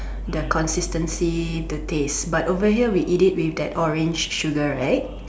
the consistency the taste but over here we eat it with that orange sugar right